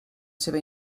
seva